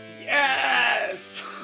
yes